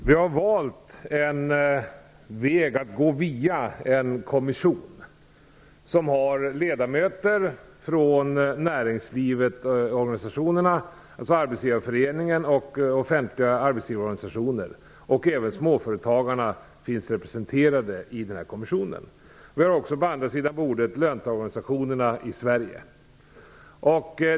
Herr talman! Vi har valt vägen att gå via en kommission, som har ledamöter från näringslivsorganisationerna, dvs. Arbetsgivareföreningen och offentliga arbetsgivarorganisationer. Även småföretagarna finns representerade i kommissionen. Vi har också på andra sidan bordet löntagarorganisationerna i Sverige.